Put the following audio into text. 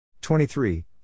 Twenty-three